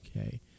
okay